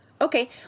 Okay